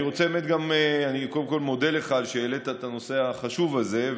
אני מודה לך על שהעלית את הנושא החשוב הזה,